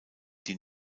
die